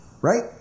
Right